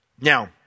Now